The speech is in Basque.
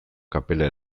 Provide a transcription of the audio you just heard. kapela